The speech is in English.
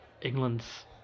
England's